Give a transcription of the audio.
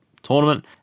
tournament